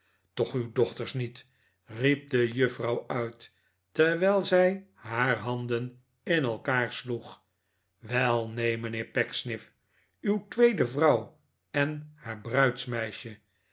toch uw dochters niet riep de juffrouw uit terwijl zij haar handen in elkaar sloeg wel neen mijnheer pecksniff uw tweede vrouw en haar